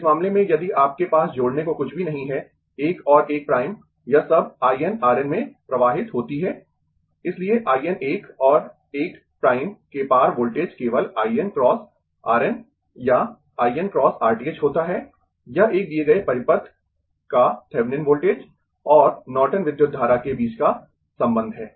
इस मामले में यदि आपके पास जोड़ने को कुछ भी नहीं है 1 और 1 प्राइम यह सब I N RN में प्रवाहित होती है इसलिए I N 1 और 1 प्राइम के पार वोल्टेज केवल I N × RN या I N × R t h होता है यह एक दिए गए परिपथ का थेविनिन वोल्टेज और नॉर्टन विद्युत धारा के बीच का संबंध है